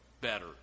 better